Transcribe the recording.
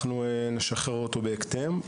אנחנו נשחרר אותו בהקדם.